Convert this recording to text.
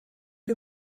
wir